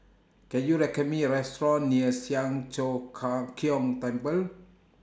Can YOU recommend Me A Restaurant near Siang Cho Keong Temple